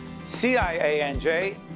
CIANJ